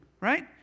right